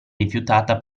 rifiutata